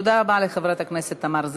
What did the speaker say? תודה רבה לחברת הכנסת תמר זנדברג.